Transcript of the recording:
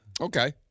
Okay